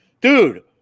Dude